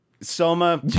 soma